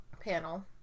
panel